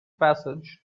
passage